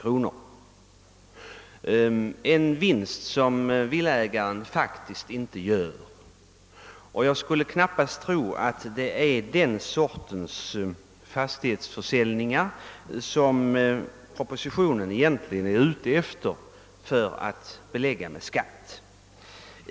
Det är en vinst som villaägaren faktiskt inte har gjort, och jag kan inte tro att det är den sortens fastighetsförsäljningar propositionen siktar till när den vill belägga realisationsvinst med skatt.